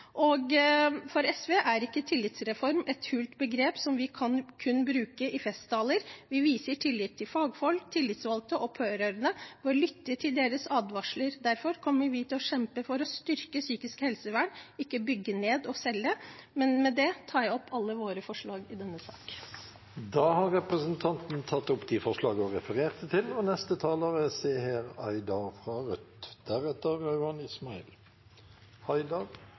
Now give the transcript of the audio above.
For SV er ikke tillitsreform et hult begrep som vi kun kan bruke i festtaler. Vi viser tillit til fagfolk, tillitsvalgte og pårørende ved å lytte til deres advarsler. Derfor kommer vi til å kjempe for å styrke psykisk helsevern, ikke bygge ned og selge. Med det tar jeg opp vårt forslag i denne saken. Da har representanten Marian Hussein tatt opp det forslaget hun refererte til.